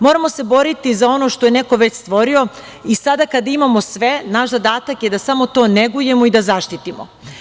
Moramo se boriti za ono što je neko već stvorio i sada kad imamo sve, naš zadatak je da samo to negujemo i da zaštitimo.